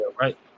right